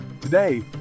Today